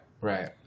Right